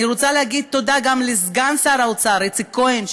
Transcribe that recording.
אני רוצה להגיד תודה גם לסגן שר האוצר איציק כהן,